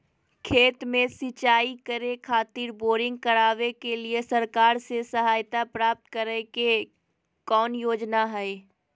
खेत में सिंचाई करे खातिर बोरिंग करावे के लिए सरकार से सहायता प्राप्त करें के कौन योजना हय?